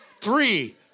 Three